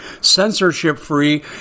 censorship-free